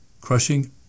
crushing